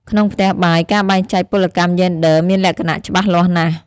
ក្នុងផ្ទះបាយ ការបែងចែកពលកម្មយេនឌ័រមានលក្ខណៈច្បាស់លាស់ណាស់។